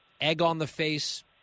egg-on-the-face